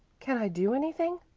can i do anything?